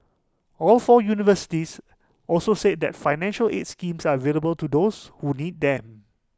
all four universities also said that financial aid schemes are available to those who need them